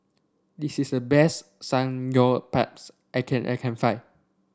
this is the best Samgyeopsal I can I can find